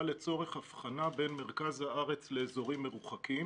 לצורך הבחנה בין מרכז הארץ לאזורים מרוחקים.